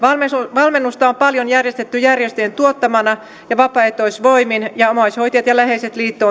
valmennusta on paljon järjestetty järjestöjen tuottamana ja vapaaehtoisvoimin ja omaishoitajat ja läheiset liitto